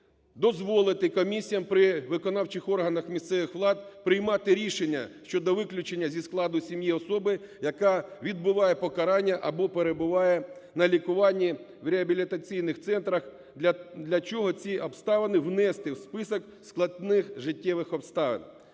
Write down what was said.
дозволити комісіям при виконавчих органах місцевих влад приймати рішення щодо виключення зі складу сім'ї особи, яка відбуває покарання або перебуває на лікуванні в реабілітаційних центрах, для чого ці обставини внести в список складних життєвих обставин.